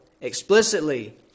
explicitly